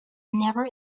never